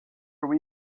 are